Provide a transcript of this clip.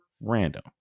random